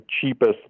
cheapest